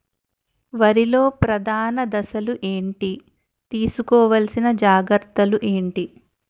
వరిలో ప్రధాన దశలు ఏంటి? తీసుకోవాల్సిన జాగ్రత్తలు ఏంటి?